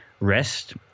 rest